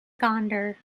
gander